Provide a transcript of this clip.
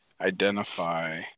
identify